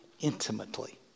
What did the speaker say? intimately